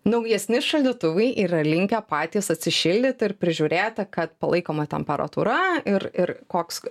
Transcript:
naujesni šaldytuvai yra linkę patys atsišildyt ir prižiūrėti kad palaikoma temperatūra ir ir koks